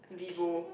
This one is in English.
Vivo